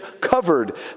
covered